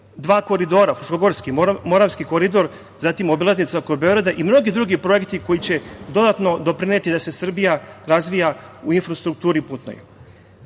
dva koridora, Fruškogorski i Moravski koridor, obilaznica kod Beograda i mnogi drugi projekti koji će dodatno doprineti da se Srbija razvija u putnoj infrastrukturi. Takođe,